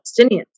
Palestinians